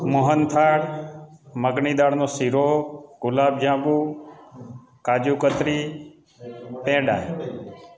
મોહનથાળ મગની દાળનો શીરો ગુલાબજાંબુ કાજુકતરી પેંડા